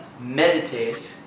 meditate